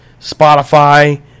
Spotify